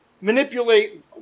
manipulate